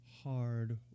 hard